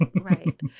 right